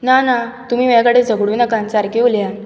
ना ना तुमी म्हाज्याकचे झगडूं नाकात आनी सारके उलयात